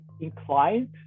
inclined